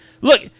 look